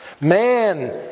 Man